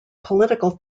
political